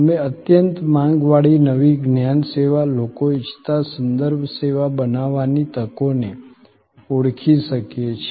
અમે અત્યંત માંગવાળી નવી જ્ઞાન સેવા લોકો ઇચ્છતા સંદર્ભ સેવા બનાવવાની તકોને ઓળખી શકીએ છીએ